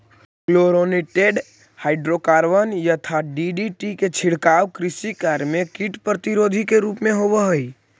chlorinated hydrocarbon यथा DDT के छिड़काव कृषि कार्य में कीट प्रतिरोधी के रूप में होवऽ हई